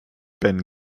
ben